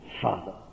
Father